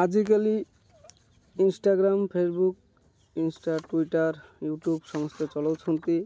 ଆଜିକାଲି Instagram Facebook Insta Twitter YouTube ସମସ୍ତେ ଚଲଉଛନ୍ତି